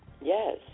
Yes